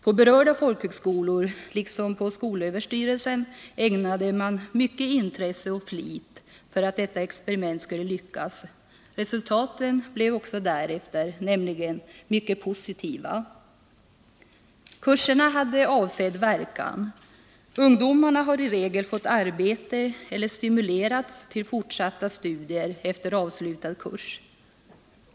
På berörda folkhögskolor, liksom på skolöverstyrelsen, ägnade man mycket intresse och stor flit åt att detta experiment skulle lyckas. Resultaten blev också därefter, nämligen mycket positiva. Kurserna hade avsedd verkan. Ungdomarna har i regel fått arbete eller stimulerats till fortsatta studier efter avslutad kurs.